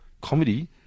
comedy